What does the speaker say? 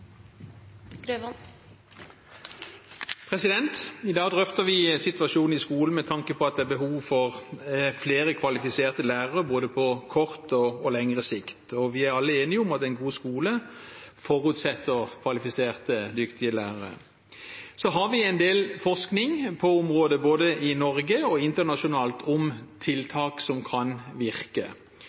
behov for flere kvalifiserte lærere på både kort og lengre sikt. Vi er alle enige om at en god skole forutsetter kvalifiserte, dyktige lærere. Vi har en del forskning på området, både i Norge og internasjonalt, om tiltak som kan virke.